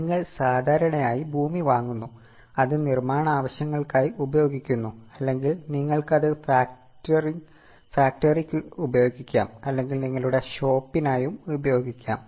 നിങ്ങൾ സാധാരണയായി ഭൂമി വാങ്ങുന്നു അത് നിർമ്മാണ ആവശ്യങ്ങൾക്കായി ഉപയോഗിക്കുന്നു അല്ലെങ്കിൽ നിങ്ങൾക്ക് അത് ഫാക്ടറിക്ക് ഉപയോഗിക്കാം അല്ലെങ്കിൽ നിങ്ങളുടെ ഷോപ്പിനായും ഉപയോഗിക്കാം